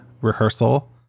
rehearsal